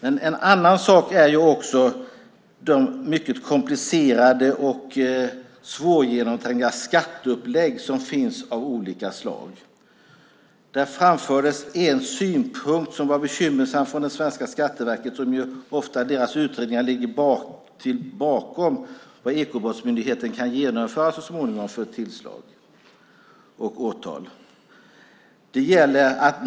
En annan sak är de mycket komplicerade och svårgenomträngliga skatteupplägg av olika slag som finns. Det framfördes en synpunkt som var bekymmersam från det svenska Skatteverket. Det är ju ofta deras utredningar som ligger bakom vilka tillslag och åtal som Ekobrottsmyndigheten så småningom kan genomföra.